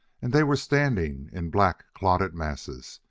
and they were standing in black, clotted masses,